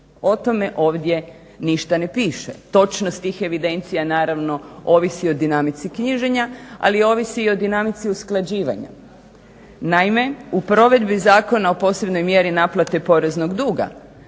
O tome ovdje ništa ne piše. Točnost tih evidencija naravno ovisi o dinamici knjiženja, ali ovisi i o dinamici usklađivanja. Naime, u provedbi Zakona o posebnoj mjeri naplate poreznog duga